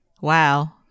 Wow